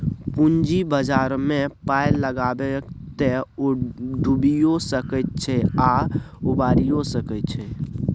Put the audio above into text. पूंजी बाजारमे पाय लगायब तए ओ डुबियो सकैत छै आ उबारियौ सकैत छै